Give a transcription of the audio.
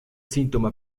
síntoma